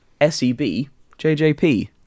SEBJJP